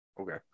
Okay